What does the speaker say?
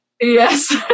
Yes